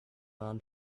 man